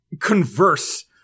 converse